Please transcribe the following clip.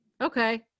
Okay